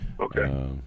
Okay